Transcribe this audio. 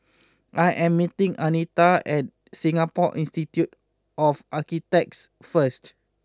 I am meeting Anita at Singapore Institute of Architects first